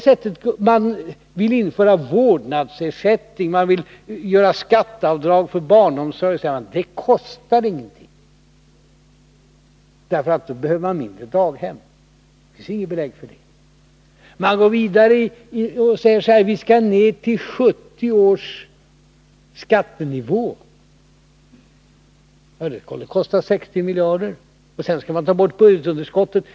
Man vill också införa vårdnadsersättning, skatteavdrag för barnomsorg osv., och man säger: Det kostar ingenting, för på det sättet behöver man färre daghem. Men det finns inget belägg för det. Man går vidare och säger: Vi skall ner till 1970 års skattenivå. Det skulle ju kosta 60 miljarder. Sedan skall man ta bort budgetunderskottet.